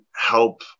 help